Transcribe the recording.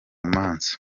manza